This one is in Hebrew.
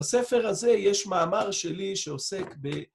בספר הזה יש מאמר שלי שעוסק ב...